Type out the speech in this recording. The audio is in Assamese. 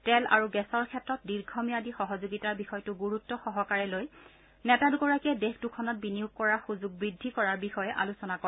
তেল আৰু গেছৰ ক্ষেত্ৰত দীৰ্ঘম্যাদী সহযোগিতাৰ বিষয়টো গুৰুত্সহকাৰে লৈ নেতা দুগৰাকীয়ে দেশ দুখনত বিনিয়োগ কৰাৰ সুযোগ বৃদ্ধি কৰাৰ বিষয়ে আলোচনা কৰে